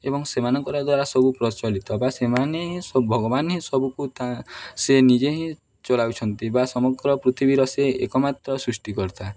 ଏବଂ ସେମାନଙ୍କ ଦ୍ୱାରା ସବୁ ପ୍ରଚଳିତ ବା ସେମାନେ ହିଁ ସବୁ ଭଗବାନ ହିଁ ସବୁକୁ ତା ସେ ନିଜେ ହିଁ ଚଲାଉଛନ୍ତି ବା ସମଗ୍ର ପୃଥିବୀର ସେ ଏକମାତ୍ର ସୃଷ୍ଟିକର୍ତ୍ତା